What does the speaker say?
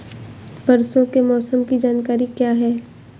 परसों के मौसम की जानकारी क्या है?